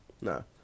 No